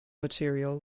material